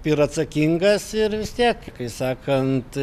ir atsakingas ir vis tiek kai sakant